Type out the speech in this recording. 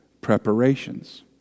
preparations